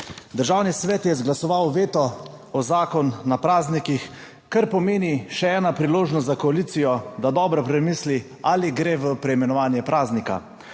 Državni svet je izglasoval veto o zakonu o praznikih, kar pomeni še eno priložnost za koalicijo, da dobro premisli, ali gre v preimenovanje praznika.